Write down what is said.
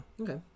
Okay